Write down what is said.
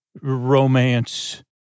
romance